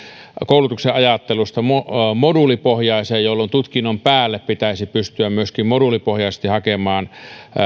koulutuksen ajattelusta moduulipohjaiseen jolloin tutkinnon päälle pitäisi pystyä myöskin moduulipohjaisesti hakemaan